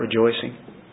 rejoicing